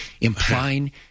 implying